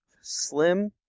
slim